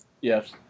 Yes